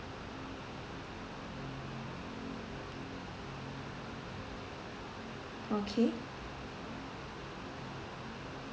okay